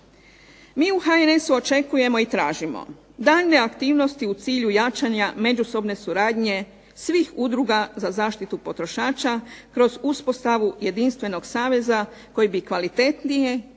Mi u HNS-u očekujemo i tražimo, daljnje aktivnosti u cilju jačanja međusobne suradnje svih Udruga za zaštitu potrošača kroz uspostavu jedinstvenog saveza koji bi kvalitetnije